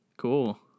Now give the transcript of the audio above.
cool